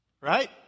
Right